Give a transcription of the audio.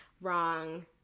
wrong